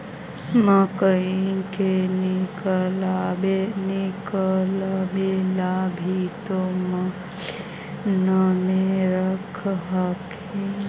मकईया के निकलबे ला भी तो मसिनबे रख हखिन?